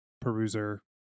peruser